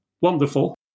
wonderful